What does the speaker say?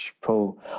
Pro